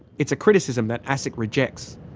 it's a criticism that asic rejects.